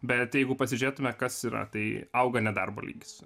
bet jeigu pasižiūrėtume kas yra tai auga nedarbo lygis